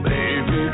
Baby